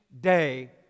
day